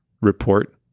report